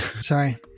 Sorry